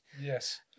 yes